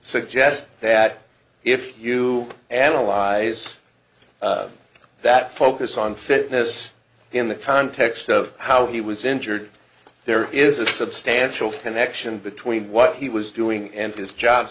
suggest that if you analyze that focus on fitness in the context of how he was injured there is a substantial ten action between what he was doing and